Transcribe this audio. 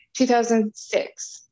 2006